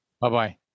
Bye-bye